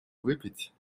выпить